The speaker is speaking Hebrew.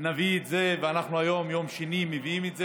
נביא את זה, והיום, יום שני, אנחנו מביאים את זה.